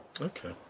Okay